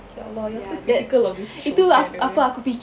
ya allah you're too critical of this show eh